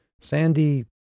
Sandy